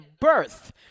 birth